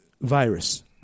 virus